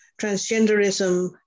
transgenderism